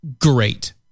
Great